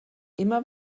immer